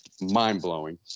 mind-blowing